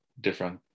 different